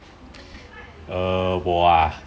err 我啊